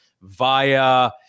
via